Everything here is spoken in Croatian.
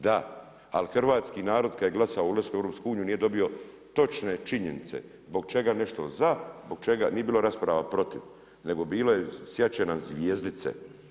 Da, ali hrvatski narod kad je glasao za ulazak u EU, nije dobio točne činjenice, zbog čega nešto za, zbog čega, nije rasprava protiv, nego bilo je sijati će nam zvjezdice.